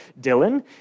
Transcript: Dylan